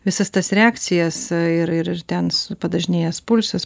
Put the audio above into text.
visas tas reakcijas ir ir ir ten su padažnėjęs pulsas